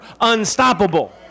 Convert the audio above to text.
unstoppable